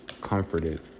comforted